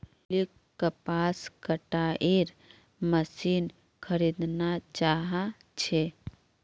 लिलीक कपास कटाईर मशीन खरीदना चाहा छे